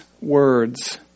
words